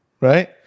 Right